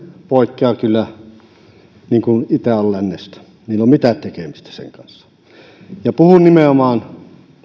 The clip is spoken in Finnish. poikkeavat kyllä käytännöstä niin kuin itä lännestä niillä ei ole mitään tekemistä käytännön kanssa puhun nimenomaan